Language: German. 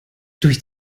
durch